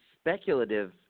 Speculative